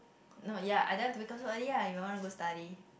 no ya I don't have to wake up so early lah if I want to go study